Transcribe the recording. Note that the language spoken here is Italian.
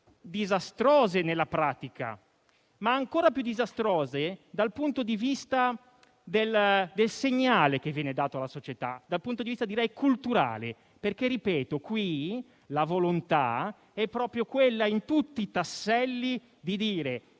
disastrose nella pratica, ma ancora più disastrose dal punto di vista del segnale che viene dato alla società, dal punto di vista culturale. Ripeto, infatti, che qui la volontà è proprio quella, in tutti i tasselli, di dire: